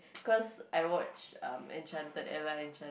cause I watched um enchanted Ella enchan~